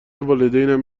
والدینم